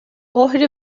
ohri